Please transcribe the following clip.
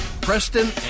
Preston